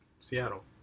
Seattle